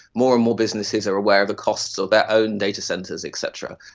more and more businesses are aware of the costs of their own datacentres et cetera.